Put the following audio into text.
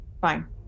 fine